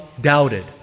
doubted